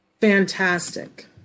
Fantastic